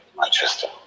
Manchester